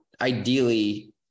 ideally